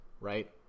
right